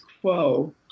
quo